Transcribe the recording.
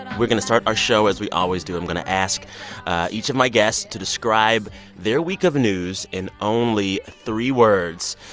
we're going to start our show as we always do. i'm going to ask each of my guests to describe their week of news in only three words.